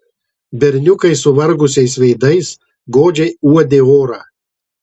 berniukai suvargusiais veidais godžiai uodė orą